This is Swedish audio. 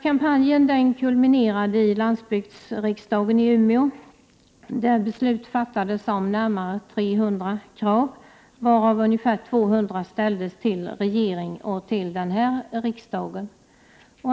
Kampanjen kulminerade i landsbygdsriksdagen i Umeå, där beslut fattades om närmare 300 krav, varav ca 200 ställdes till regering och riksdag.